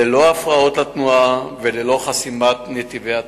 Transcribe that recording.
ללא הפרעות לתנועה וללא חסימת נתיבי התנועה.